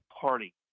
Party